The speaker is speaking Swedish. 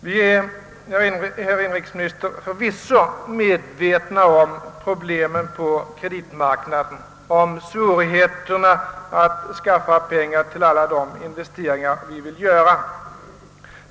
Vi är, herr inrikesminister, förvisso medvetna om problemen på kreditmarknaden, om svårigheterna att skaffa pengar till alla de investeringar som vi vill göra.